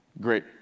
Great